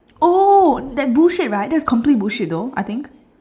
oh that bullshit right that's complete bullshit though I think